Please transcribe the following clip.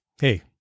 Hey